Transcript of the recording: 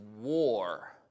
war